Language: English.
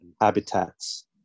habitats